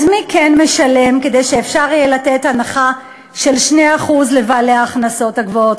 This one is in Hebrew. אז מי כן משלם כדי שאפשר יהיה לתת הנחה של 2% לבעלי ההכנסות הגבוהות,